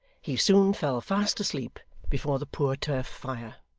he soon fell fast asleep before the poor turf fire.